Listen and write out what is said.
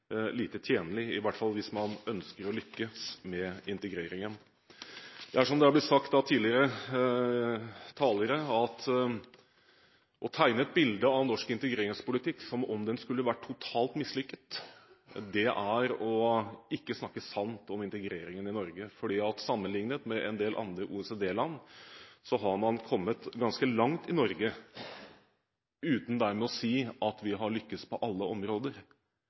lite tjenlig, i hvert fall hvis man ønsker å lykkes med integreringen. Som det har blitt sagt av tidligere talere, er det å tegne et bilde av norsk integreringspolitikk som om den skulle ha vært totalt mislykket, å ikke snakke sant om integreringen i Norge. Sammenlignet med en del andre OECD-land har man kommet ganske langt i Norge, uten dermed å si vi har lyktes på alle områder.